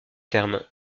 terme